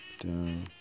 down